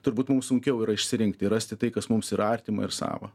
turbūt mum sunkiau yra išsirinkti rasti tai kas mums yra artima ir sava